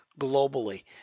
globally